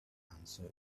answered